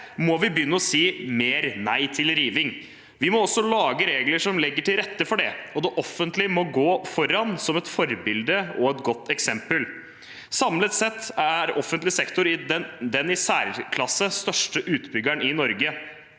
må vi begynne å si mer nei til riving. Vi må også lage regler som legger til rette for det, og det offentlige må gå foran som et forbilde og et godt eksempel. Samlet sett er offentlig sektor den i særklasse største utbyggeren i Norge,